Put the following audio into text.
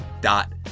dot